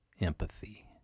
empathy